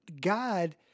God